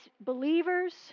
believers